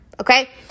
okay